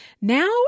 Now